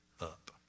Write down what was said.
up